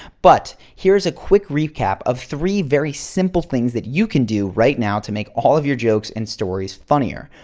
but here's a quick recap of three very simple things that you can do right now to make all of your jokes and stories funnier.